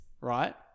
right